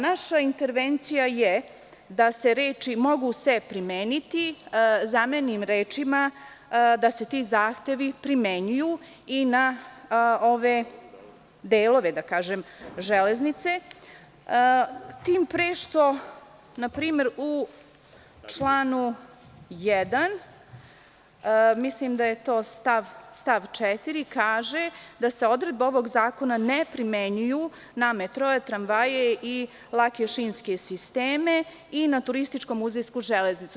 Naša intervencija je da se reči: „mogu se primeniti“ zamene rečima: „primenjuju se i na ove delove železnice“, tim pre što se npr. u članu 1, mislim da je to stav 4, kaže da se odredbe ovog zakona ne primenjuju na metroe, tramvaje i lake šinske sisteme i na turističko-muzejsku železnicu.